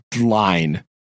line